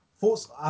thoughts